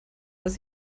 dass